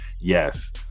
yes